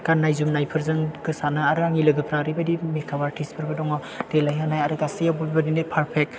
गाननाय जोमनायफोरजों गोसारनो आरो आंनि लोगोफ्रा ओरैबायदि मेकआप आर्टिस्टफोरबो दङ देलाइ होनाय आरो गासैयावबो बेबायदिनो पार्फेक्ट